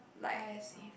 I as if